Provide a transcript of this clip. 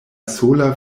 sola